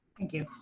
thank you.